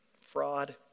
fraud